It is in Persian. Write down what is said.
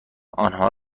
آنها